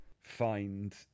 find